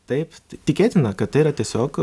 taip tikėtina kad tai yra tiesiog